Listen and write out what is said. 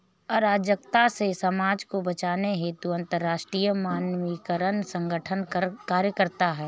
अराजकता से समाज को बचाने हेतु अंतरराष्ट्रीय मानकीकरण संगठन कार्यरत है